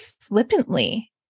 flippantly